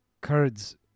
Kurds